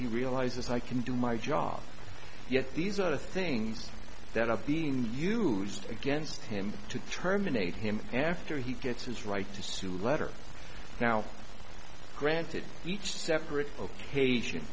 he realizes i can do my job yet these are the things that are being used against him to terminate him after he gets his right to sue letter now granted each separate occasions